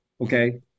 okay